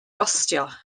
gostio